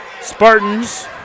Spartans